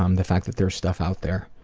um the fact that there's stuff out there